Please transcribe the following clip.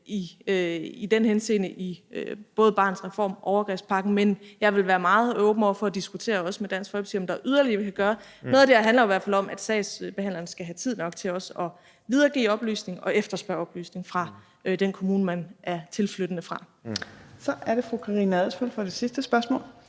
i den henseende i både Barnets Reform og overgrebspakken, men jeg vil også være meget åben over for at diskutere med Dansk Folkeparti, om der er yderligere, vi kan gøre. Noget af det her handler jo i hvert fald om, at sagsbehandleren også skal have tid nok til at videregive oplysninger og efterspørge oplysninger fra den kommune, man er tilflyttende fra. Kl. 15:54 Fjerde næstformand